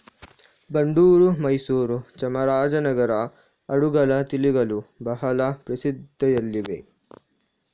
ಬಂಡೂರು, ಮೈಸೂರು, ಚಾಮರಾಜನಗರನ ಆಡುಗಳ ತಳಿಗಳು ಬಹಳ ಪ್ರಸಿದ್ಧಿಯಲ್ಲಿವೆ